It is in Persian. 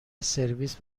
سرویس